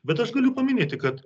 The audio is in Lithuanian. bet aš galiu paminėti kad